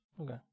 Okay